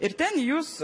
ir ten jūs